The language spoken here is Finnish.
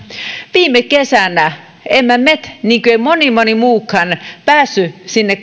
viime kesänä emme me niin kuin moni moni muukaan päässeet sinne